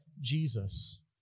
Jesus